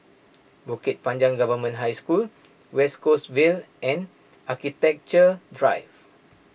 Bukit Panjang Government High School West Coast Vale and Architecture Drive